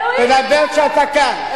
תדבר כשאתה כאן.